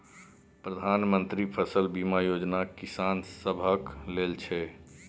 प्रधानमंत्री मन्त्री फसल बीमा योजना किसान सभक लेल छै